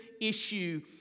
issue